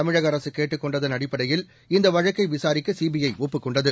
தமிழக அரசு கேட்டுக் கொண்டதன் அடிப்படையில் இந்த வழக்கை விசாரிக்க சிபிஐ ஒப்புக் கொண்டது